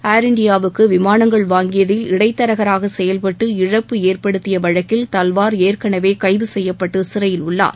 ஏர் இண்டியாவுக்கு விமானங்கள் வாங்கியதில் இடைத் தரகராக செயல்பட்டு இழப்பு ஏற்படுத்திய வழக்கில் தல்வார் ஏற்கனவே கைது செய்யப்பட்டு சிறையில் உள்ளார்